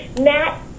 Matt